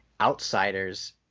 outsiders